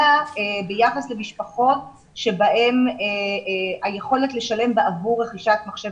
אלא ביחס למשפחות שבהן היכולת לשלם עבור רכישת מחשב